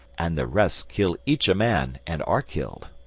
and the rest kill each a man and are killed.